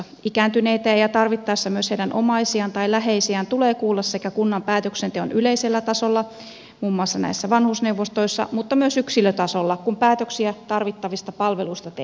ikääntyneitä ja tarvittaessa myös heidän omaisiaan tai läheisiään tulee kuulla kunnan päätöksenteon yleisellä tasolla muun muassa näissä vanhusneuvostoissa mutta myös yksilötasolla kun päätöksiä tarvittavista palveluista tehdään